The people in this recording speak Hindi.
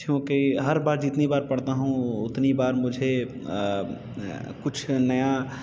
तथ्यों के हर बार जितनी बार पढ़ता हूँ उतनी बार मुझे कुछ नया